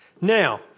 Now